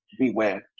beware